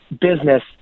business